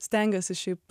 stengiuosi šiaip